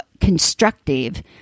constructive